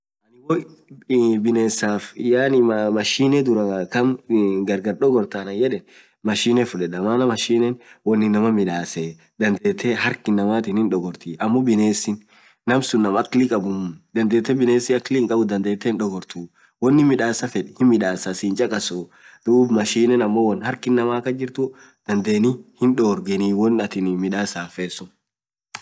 hoo binesaf mashinee taam gargar dogortaa anan yeeen, mashinee fudedaa maanaa mashine woan inaman midasee, hark inamaatin hindogorti binesin naam aklii kabuu muu dandetee hindogortuu, woanin midasa feed hinmidasaa sii hinchakasuu, duub mashineen woan hark inamaa kasjirtuu dandanii hindorgenii woan atin midasan feet suun.